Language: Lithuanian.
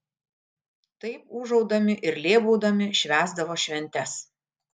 taip ūžaudami ir lėbaudami švęsdavo šventes